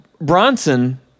Bronson